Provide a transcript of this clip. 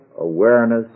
awareness